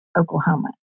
Oklahoma